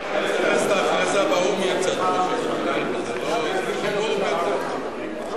ההכרזה באו"ם, שניים יש,